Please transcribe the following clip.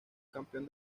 campeón